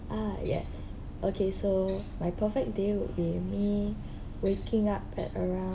ah yes okay so my perfect day would be me waking up at around